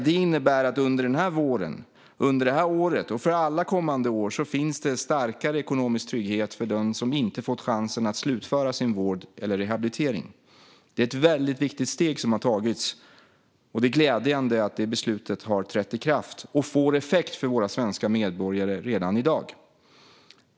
Det innebär att det under den här våren, under det här året och under alla kommande år finns en starkare ekonomisk trygghet för den som inte fått chansen att slutföra sin vård eller rehabilitering. Det är ett väldigt viktigt steg som har tagits, och det är glädjande att det beslutet har trätt i kraft och får effekt för våra svenska medborgare redan i dag.